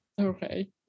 okay